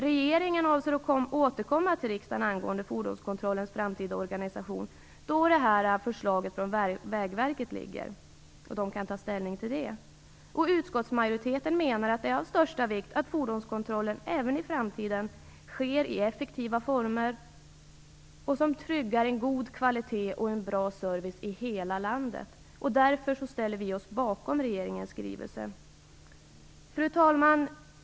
Regeringen har för avsikt att återkomma till riksdagen angående fordonskontrollens framtida organisation då förslaget från Vägverket ligger och man kan ta ställning till det. Utskottsmajoriteten menar att det är av största vikt att fordonskontrollen även i framtiden sker i effektiva former som tryggar en god kvalitet och en bra service i hela landet. Därför ställer vi oss bakom regeringens skrivelse. Fru talman!